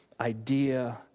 idea